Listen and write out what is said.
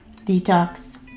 detox